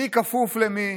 מי כפוף למי,